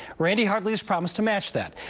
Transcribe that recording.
randy hartly has promised to match that.